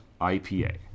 IPA